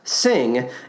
Sing